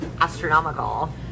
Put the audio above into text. astronomical